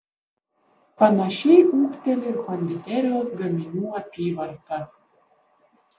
panašiai ūgteli ir konditerijos gaminių apyvarta